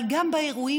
אבל גם באירועים,